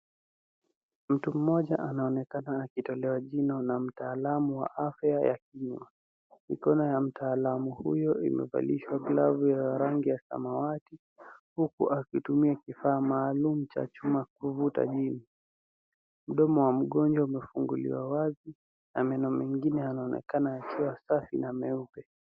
Mtu mmoja anaonekana akitolewa jino na mtaalamu wa afya ya kinywa. Mikono ya mtaalamu huyo imevalishwa glavu ya rangi ya samawati huku akitumia kifaa maalum cha chuma kuvuta jino. Mdomo wa mgonjwa umefunguliwa ukiwa wazi na meno mengine yanaonekana yakiwa safi na muepe.